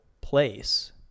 place